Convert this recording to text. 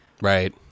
Right